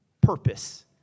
purpose